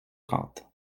trente